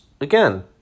again